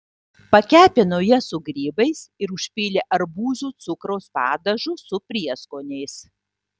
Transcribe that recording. pakepino jas su grybais ir užpylė arbūzų cukraus padažu su prieskoniais